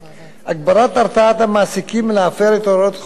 הגברת הרתעת המעסיקים מלהפר הוראות חוק זה.